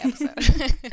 episode